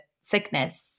sickness